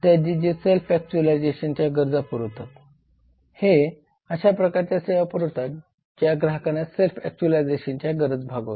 आहेत जे सेल्फ एक्चुलायझेशनच्या गरजा पुरवतात हे अशा प्रकारच्या सेवा पुरवितात ज्या ग्राहकांच्या सेल्फ एक्चुलायझेशनच्या गरजा भागवितात